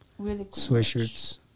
sweatshirts